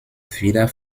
wieder